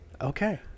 Okay